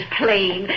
plain